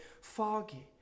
foggy